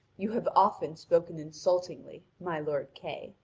you have often spoken insultingly, my lord kay,